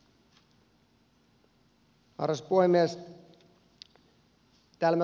arvoisa puhemies